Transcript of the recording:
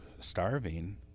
starving